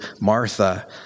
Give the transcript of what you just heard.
Martha